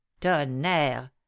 tonnerre